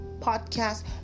podcast